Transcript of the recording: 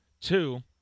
Two